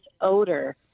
odor